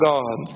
God